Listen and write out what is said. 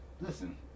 Listen